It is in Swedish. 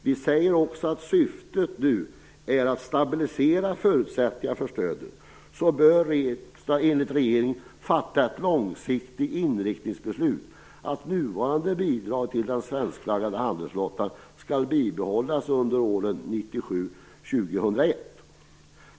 Vi säger också att syftet är att stabilisera förutsättningarna för stödet. Riksdagen bör enligt regeringen fatta ett långsiktigt inriktningsbeslut om att nuvarande bidrag till den svenskflaggade handelsflottan skall behållas under åren 1997-2001.